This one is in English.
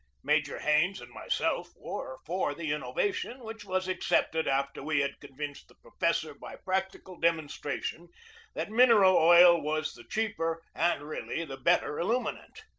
major hains and myself were for the innovation, which was accepted after we had convinced the professor by practical demonstration that mineral oil was the cheaper and really the better illuminant.